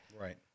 right